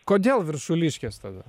kodėl viršuliškės tada